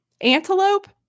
Antelope